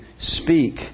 speak